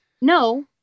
no